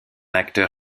acteur